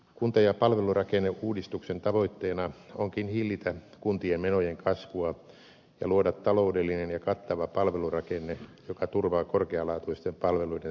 kunta ja palvelurakenneuudistuksen tavoitteena onkin hillitä kuntien menojen kasvua ja luoda taloudellinen ja kattava palvelurakenne joka turvaa korkealaatuisten palveluiden saatavuuden